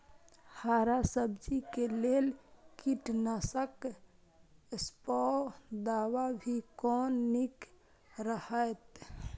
हरा सब्जी के लेल कीट नाशक स्प्रै दवा भी कोन नीक रहैत?